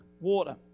water